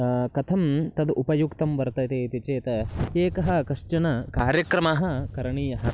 कथं तदुपयुक्तं वर्तते इति चेत् एकः कश्चन कार्यक्रमः करणीयः